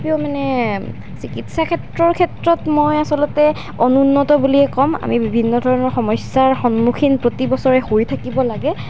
তথাপিও মানে চিকিৎসা ক্ষেত্ৰৰ ক্ষেত্ৰত মই আচলতে অনুন্নত বুলিয়েই ক'ম আমি বিভিন্ন ধৰণৰ সমস্যাৰ সন্মুখীন প্ৰতি বছৰে হৈ থাকিব লাগে